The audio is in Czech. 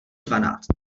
dvanáct